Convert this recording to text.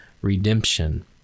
redemption